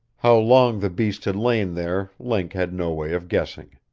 how long the beast had lain there link had no way of guessing.